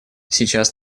сейчас